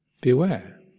Beware